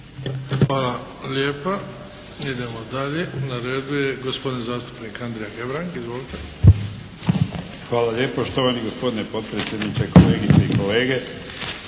Hvala lijepa. Idemo dalje. Na redu je gospodin zastupnik Andrija Hebrang. Izvolite. **Hebrang, Andrija (HDZ)** Hvala lijepa. Štovani gospodine potpredsjedniče, kolegice i kolege.